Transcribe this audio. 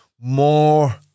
More